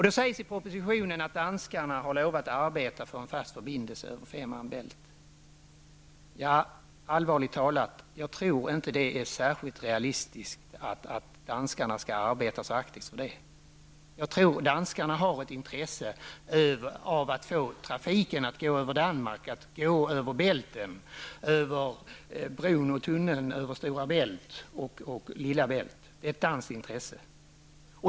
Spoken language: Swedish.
Det sägs i propositionen att danskarna har lovat att arbeta för en fast förbindelse över Femer bält. Allvarligt talat tror jag inte att det är särskilt realistiskt att danskarna kommer att arbeta särskilt aktivt för detta. Jag tror att danskarna har ett intresse av att få trafiken att gå över Danmark, över bron och tunneln över Stora bält och Lilla bält. Det är ett danskt intresse.